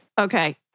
Okay